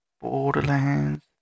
Borderlands